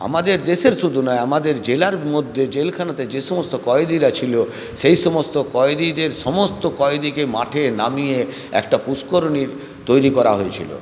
আমাদের দেশের শুধু নয় আমাদের জেলার মধ্যে জেলখানাতে যে সমস্ত কয়েদিরা ছিল সেই সমস্ত কয়েদিদের সমস্ত কয়েদিকে মাঠে নামিয়ে একটা পুষ্করিণীর তৈরি করা হয়েছিলো